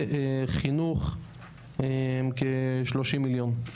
וחינוך כ-30 מיליון.